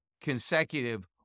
consecutive